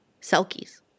Selkies